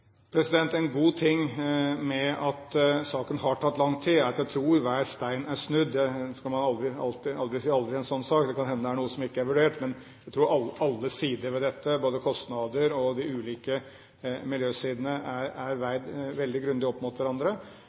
En god ting med at saken har tatt lang tid, er at jeg tror at hver stein er snudd. En skal aldri si aldri i en sånn sak. Det kan hende at det er noe som ikke er vurdert, men jeg tror alle sider ved dette, både kostnader og de ulike miljøsidene, er veid veldig grundig opp mot hverandre.